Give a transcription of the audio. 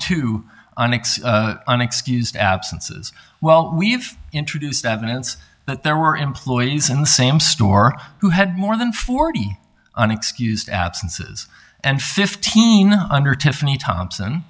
unexcused absences well we've introduced evidence that there were employees in the same store who had more than forty on excused absences and fifteen under tiffany thompson